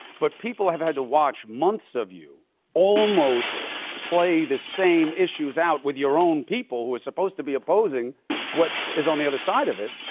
but people have had to watch months of you almost play the same issues out with your own people, who are supposed to be opposing what is on the other side of it,